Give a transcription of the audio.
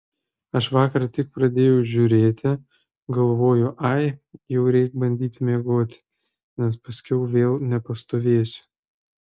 aš vakar tik pradėjau žiūrėti galvoju ai jau reik bandyti miegoti nes paskiau vėl nepastovėsiu